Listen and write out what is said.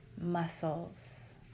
muscles